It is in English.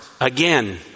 again